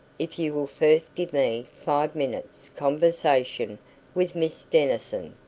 if you will first give me five minutes' conversation with miss denison.